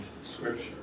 scripture